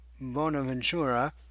Bonaventura